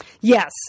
Yes